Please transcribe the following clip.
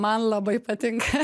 man labai patinka